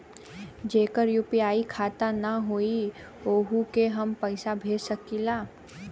जेकर यू.पी.आई खाता ना होई वोहू के हम पैसा भेज सकीला?